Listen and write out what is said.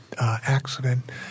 accident